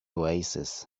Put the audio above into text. oasis